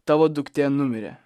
tavo duktė numirė